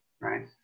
right